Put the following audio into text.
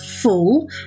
full